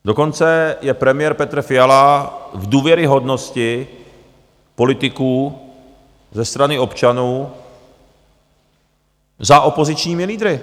Dokonce je premiér Petr Fiala v důvěryhodnosti politiků ze strany občanů za opozičními lídry.